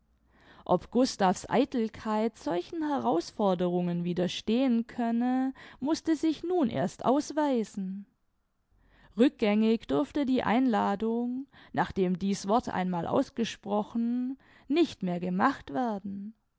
ob gustav's eitelkeit solchen herausforderungen widerstehen könne mußte sich nun erst ausweisen rückgängig durfte die einladung nachdem dieß wort einmal ausgesprochen nicht mehr gemacht werden